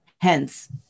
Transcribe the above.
Hence